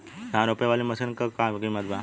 धान रोपे वाली मशीन क का कीमत बा?